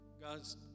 God's